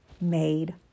made